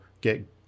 get